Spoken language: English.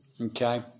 Okay